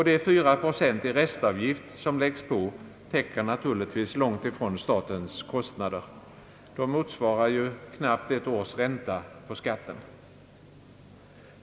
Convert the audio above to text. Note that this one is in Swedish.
De fyra procent i restavgift som läggs på täcker naturligtvis långt ifrån statens kostnader. De motsvarar ju knappt ett års ränta på skatten.